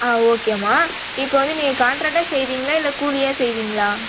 ஆ ஓகேம்மா இப்போது வந்து நீங்கள் கான்ட்ரெக்ட்டாக செய்கிறீங்களா இல்லை கூலியா செய்கிறீங்களா